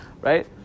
right